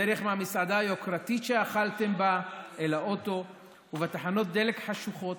בדרך מהמסעדה היוקרתית שאכלתם בה אל האוטו ובתחנות דלק חשוכות.